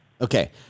Okay